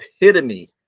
epitome